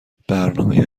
برنامه